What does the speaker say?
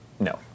No